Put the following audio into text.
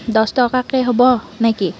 দছ টকাকৈ হ'ব নে কি